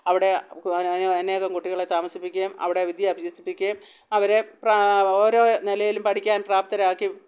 അവിടെ അനേകം കുട്ടികളെ താമസിപ്പിക്കുകയും അവിടെ വിദ്യ അഭ്യസിപ്പിക്കുകയും അവരെ ഓരോ നിലയിലും പഠിക്കാൻ പ്രാപ്തരാക്കി